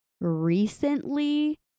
recently